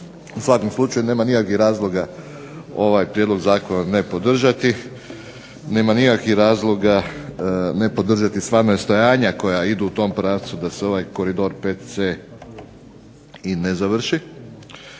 u svakom slučaju nema nikakvih razloga ovaj prijedlog zakona ne podržati. Nema nikakvih razloga ne podržati sva nastojanja koja idu u tom pravcu da se ovaj koridor VC i ne završi.